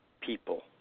people